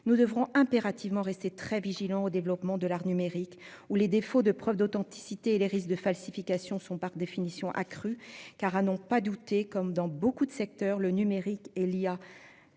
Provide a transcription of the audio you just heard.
Nous devrons impérativement rester très vigilants face aux développements de l'art numérique, où les défauts de preuve d'authenticité et les risques de falsification sont, par définition, accrus. À n'en pas douter, comme dans beaucoup de secteurs, le numérique et